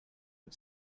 but